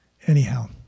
Anyhow